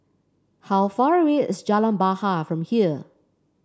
how far away is Jalan Bahar from here